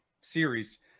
series